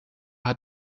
hat